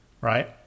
Right